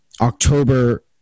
October